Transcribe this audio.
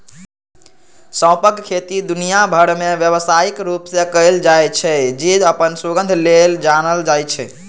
सौंंफक खेती दुनिया भरि मे व्यावसायिक रूप सं कैल जाइ छै, जे अपन सुगंध लेल जानल जाइ छै